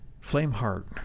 Flameheart